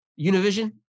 Univision